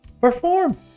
perform